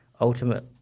ultimate